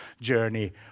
journey